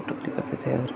photo click करते थे और